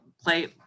play